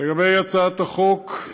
לגבי הצעת החוק,